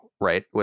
Right